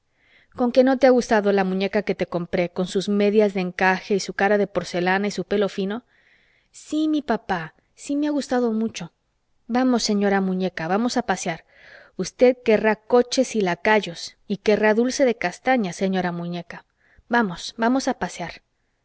hablaba conque no te ha gustado la muñeca que te compré con sus medias de encaje y su cara de porcelana y su pelo fino sí mi papá sí me ha gustado mucho vamos señora muñeca vamos a pasear usted querrá coches y lacayos y querrá dulce de castañas señora muñeca vamos vamos a pasear